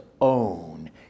own